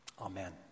Amen